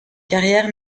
carrière